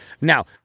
now